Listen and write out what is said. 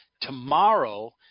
tomorrow